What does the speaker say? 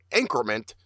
increment